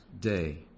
day